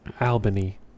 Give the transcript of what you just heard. Albany